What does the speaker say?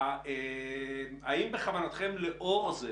האם בכוונתכם לאור זה